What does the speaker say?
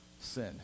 sin